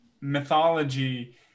mythology